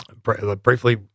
Briefly